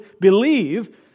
believe